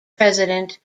president